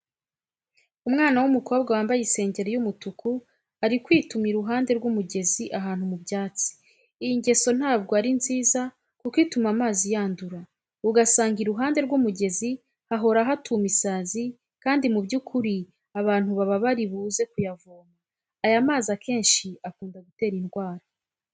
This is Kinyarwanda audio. Umwana w'umukobwa wambaye isengeri y'umutuku ari kwituma iruhande rw'umugezi ahantu mu byatsi. Iyi ngeso ntabwo ari nziza kuko ituma amazi yandura, ugasanga iruhande rw'umugezi hahora hatuma isazi kandi mu by'ukuri abantu baba bari buze kuyavoma. Aya mazi akenshi akunda gutera indwara.